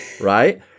right